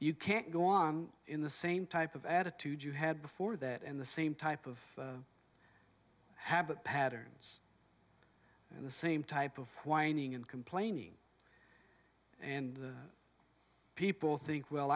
you can't go on in the same type of attitude you had before that and the same type of habit patterns and the same type of whining and complaining and people think well